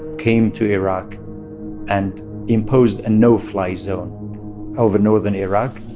came to iraq and imposed a no-fly zone over northern iraq.